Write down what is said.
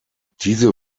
diese